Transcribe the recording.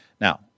Now